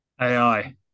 AI